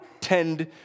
tend